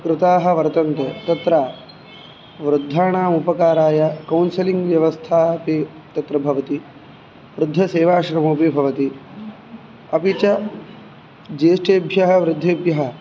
कृताः वर्तन्ते तत्र वृद्धाणाम् उपकाराय कौन्सलिङ्ग् व्यवस्थापि भवति वृद्धसेवाश्रमोपि तत्र भवति अपि च ज्येष्ठेभ्यः वृद्धेभ्यः